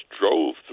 drove